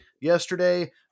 yesterday